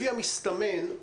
לפי המסתמן,